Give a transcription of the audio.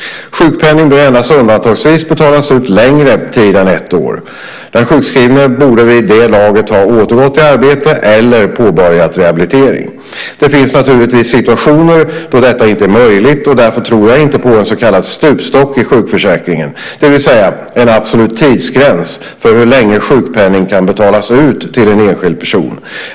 Sjukpenning bör endast undantagsvis betalas ut längre tid än ett år. Den sjukskrivne borde vid det laget ha återgått i arbete eller påbörjat rehabilitering. Det finns naturligtvis situationer då detta inte är möjligt, och därför tror jag inte på en så kallad stupstock i sjukförsäkringen, det vill säga en absolut tidsgräns för hur länge sjukpenning kan betalas ut till en enskild person.